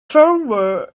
firmware